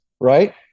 right